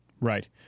Right